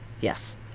Yes